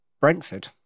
Brentford